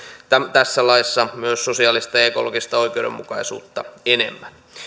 tässä laissa myös sosiaalista ja ekologista oikeudenmukaisuutta enemmän